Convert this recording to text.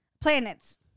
Planets